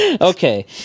Okay